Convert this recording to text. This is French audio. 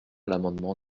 l’amendement